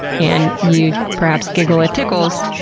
and you perhaps giggle at tickles.